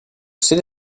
sede